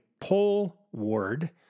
poleward